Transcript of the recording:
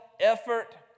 effort